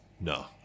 no